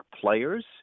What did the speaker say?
players